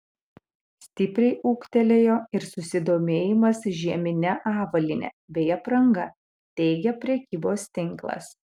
stipriai ūgtelėjo ir susidomėjimas žiemine avalyne bei apranga teigia prekybos tinklas